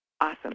Awesome